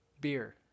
beer